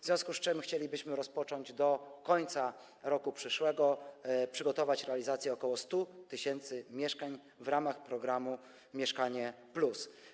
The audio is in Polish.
W związku z tym chcielibyśmy rozpocząć to do końca roku przyszłego, przygotować realizację ok. 100 tys. mieszkań w ramach programu „Mieszkanie+”